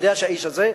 יודע שהאיש הזה,